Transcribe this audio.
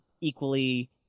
equally